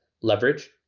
leverage